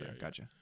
Gotcha